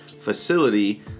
facility